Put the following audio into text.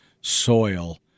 soil